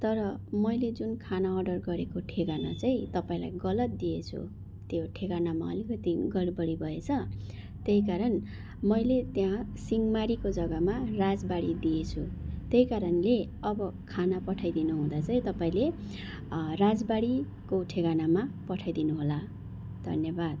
तर मैले जुन खाना अर्डर गरेको ठेगाना चाहिँ तपाईँलाई गलत दिएछु त्यो ठेगानामा अलिकति गडबडी भएछ त्यही कारण मैले त्यहा सिहँमारीको जग्गामा राजबाडी दिएछु त्यही कारणले अब खाना पठाइ दिनुहुँदा चाहिँ तपाईँले राजबाडीको ठेगानामा पठाइदिनु होला धन्यवाद